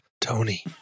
Tony